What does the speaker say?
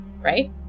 Right